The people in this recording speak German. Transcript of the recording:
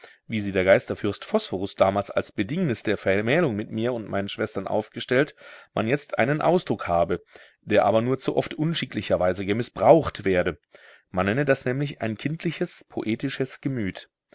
wie sie der geisterfürst phosphorus damals als bedingnis der vermählung mit mir und meinen schwestern aufgestellt man jetzt einen ausdruck habe der aber nur zu oft unschicklicherweise gemißbraucht werde man nenne das nämlich ein kindliches poetisches gemüt